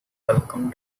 welcome